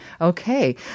Okay